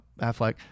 Affleck